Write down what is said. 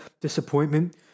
disappointment